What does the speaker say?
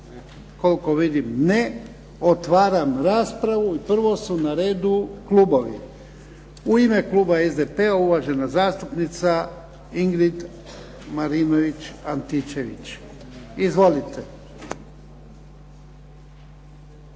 Koliko vidim ne. Otvaram raspravu. I prvo su na redu klubovi. U ime kluba SDP-a, uvažena zastupnica Ingrid Marinović Antičević. Izvolite.